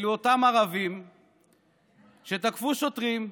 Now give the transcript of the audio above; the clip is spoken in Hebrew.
אלו אותם ערבים שתקפו שוטרים,